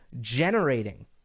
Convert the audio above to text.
generating